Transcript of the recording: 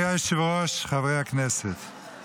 יושב-ראש ועדת העבודה והרווחה הרב אייכלר, בבקשה.